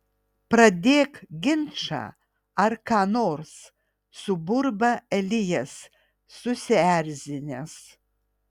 pradėk ginčą ar ką nors suburba elijas susierzinęs